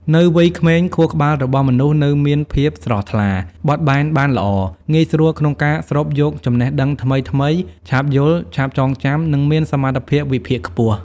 នៅវ័យក្មេង ខួរក្បាលរបស់មនុស្សនៅមានភាពស្រស់ថ្លា បត់បែនបានល្អ ងាយស្រួលក្នុងការស្រូបយកចំណេះដឹងថ្មីៗ ឆាប់យល់ ឆាប់ចងចាំ និងមានសមត្ថភាពវិភាគខ្ពស់ ។